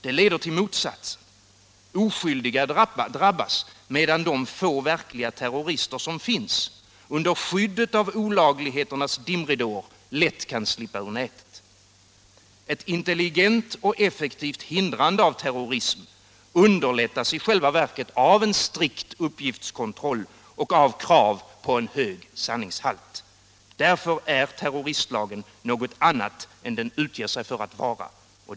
De leder till motsatsen: Oskyldiga drabbas, medan de = Fortsattgiltighet av få verkliga terrorister som finns kan slippa ur nätet under skydd av olag — spaningslagen ligheternas dimridåer. Ett intelligent och effektivt hindrande av terrorism underlättas i själva verket av en strikt uppgiftskontroll och krav på hög sanningshalt. Därför är terroristlagen något annat än den utger sig för att vara.